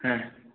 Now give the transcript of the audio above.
হ্যাঁ